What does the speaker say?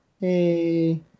Hey